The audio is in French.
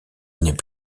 n’est